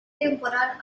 temporal